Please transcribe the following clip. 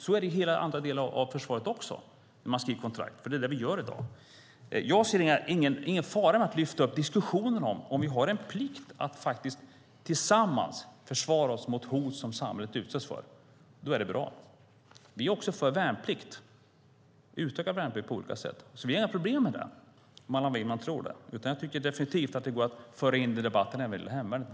Så är det i andra delar av försvaret också när man skriver kontrakt. Det är det vi gör i dag. Jag ser ingen fara med att lyfta upp diskussionen. Om vi har en plikt att tillsammans försvara oss mot hot som samhället utsätts för är detta bra. Vi är också för värnplikt, utökad värnplikt på olika sätt. Vi har inga problem med det, om Allan Widman tror det. Jag tycker definitivt att det går att föra in detta i debatten.